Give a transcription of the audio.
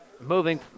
moving